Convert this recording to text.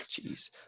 Jeez